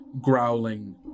growling